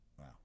Wow